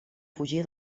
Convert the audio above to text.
fugia